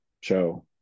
show